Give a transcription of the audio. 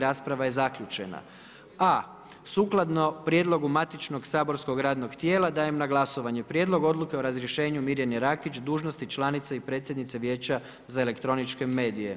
Rasprava je zaključena. a) Sukladno prijedlogu matičnog saborskog radnog tijela dajem na glasovanje Prijedlog odluke o razrješenju Mirjane Rakić dužnosti članice i predsjednice Vijeća za elektroničke medije.